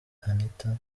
anita